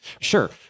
Sure